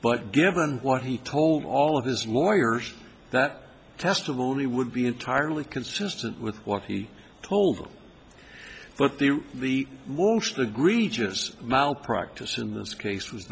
but given what he told all of his lawyers that testimony would be entirely consistent with what he told them but the the most egregious malpractise in this case was